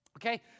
Okay